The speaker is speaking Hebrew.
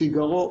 פיגרו.